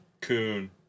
Coon